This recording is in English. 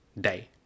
day